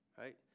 right